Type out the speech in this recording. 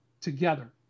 together